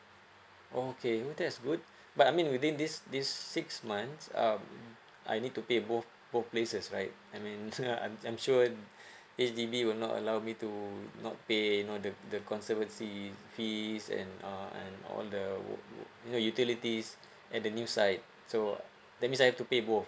okay well that's good but I mean within this this six months um I need to pay both both places right I mean I'm I'm sure H_D_B will not allow me to not pay you know the the conservancy fees and uh and all the you know utilities at the new site so that means I have to pay both